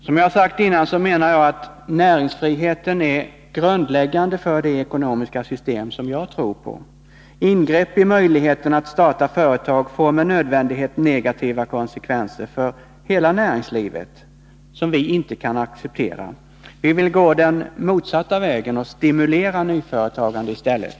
Som jag sagt tidigare anser jag att näringsfriheten är grundläggande för det ekonomiska system som jag tror på. Ingrepp i möjligheten att starta företag får med nödvändighet negativa konsekvenser för hela näringslivet, något som vi inte kan acceptera. Vi vill gå den motsatta vägen och stimulera nyföretagande i stället.